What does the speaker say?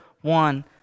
one